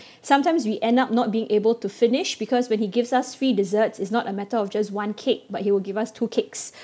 sometimes we end up not being able to finish because when he gives us free desserts is not a matter of just one cake but he will give us two cakes